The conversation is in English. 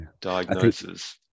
diagnosis